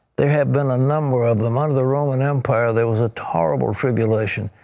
there have been a number of them, under the roman empire there was a horrible tribulation.